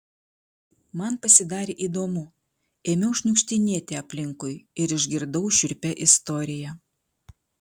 man pasidarė įdomu ėmiau šniukštinėti aplinkui ir išgirdau šiurpią istoriją